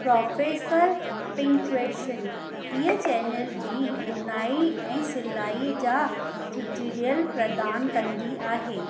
professor पिंचूएशन हीअ channel बि बुनाई ऐं सिलाईअ जा ट्यूटोरियल प्रदान कंदी आहे